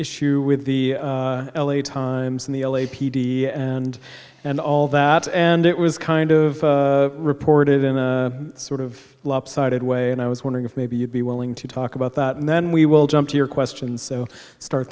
issue with the l a times and the l a p d and and all that and it was kind of reported in a sort of lopsided way and i was wondering if maybe you'd be willing to talk about that and then we will jump to your question so start